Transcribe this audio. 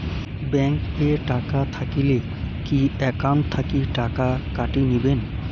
Bank এ টাকা থাকিলে কি একাউন্ট থাকি টাকা কাটি নিবেন?